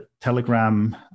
Telegram